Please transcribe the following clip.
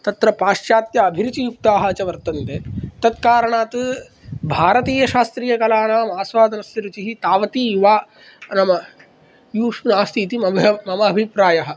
तत्र पाश्चात्याभिरुचियुक्ताः च वर्तन्ते तत्कारणात् भारतीय शास्त्रीयकलानामास्वादनस्य रुचिः तावती युवा नाम युश् नास्ति इति मम मम अभिप्रायः